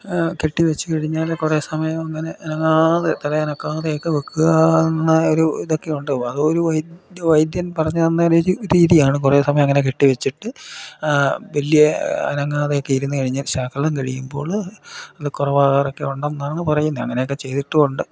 കെട്ടി വെച്ച് കഴിഞ്ഞാൽ കുറെ സമയം അങ്ങനെ അനങ്ങാതെ തല അനക്കാതെയൊക്കെ വെക്കുകാ അങ്ങനൊരു ഇതൊക്കെ ഉണ്ട് അത് ഒരു വൈദ്യൻ വൈദ്യൻ പറഞ്ഞ തന്ന രീതിയാണ് കൊറേ സമയം അങ്ങനെ കെട്ടി വെച്ചിട്ട് വലിയ അനങ്ങാതെയൊക്കെ ഇരുന്ന് കഴിഞ്ഞാൽ ശകലം കഴിയുമ്പോൾ അത് കുറവാകാറൊക്കെ ഉണ്ടെന്നാണ് പറയുന്നത് അങ്ങനെയൊക്കെ ചെയ്തിട്ടുണ്ട്